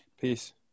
Peace